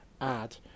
add